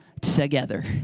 together